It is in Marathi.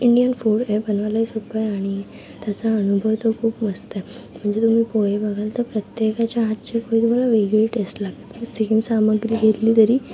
इंडियन फूड हे बनवायलाही सोपं आहे आणि त्याचा अनुभव तर खूप मस्त आहे म्हणजे तुम्ही पोहे बघाल तर प्रत्येकाच्या हातचे पोहे तुम्हाला वेगळी टेस्ट लागते सेम सामग्री घेतली तरी